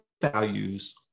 values